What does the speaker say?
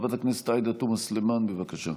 חברת הכנסת עאידה תומא סלימאן, בבקשה.